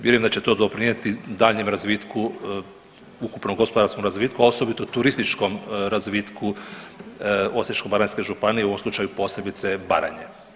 Vjerujem da će to doprinijeti daljnje razvitku, ukupnom gospodarskom razvitku, a osobito turističkom razvitku Osječko-baranjske županije, u ovom slučaju posebice Baranje.